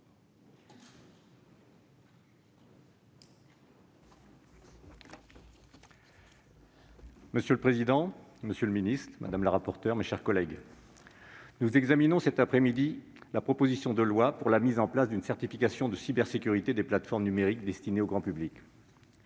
Monsieur le président, monsieur le secrétaire d'État, mes chers collègues, nous examinons cet après-midi la proposition de loi pour la mise en place d'une certification de cybersécurité des plateformes numériques destinée au grand public.